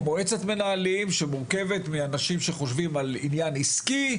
או מועצת מנהלים שמורכבת מאנשים שחושבים על עניין עסקי,